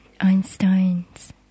Einstein's